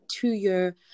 two-year